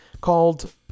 called